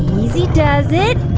easy does it.